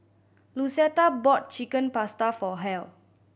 Lucetta bought Chicken Pasta for Hal